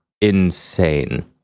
insane